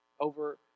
over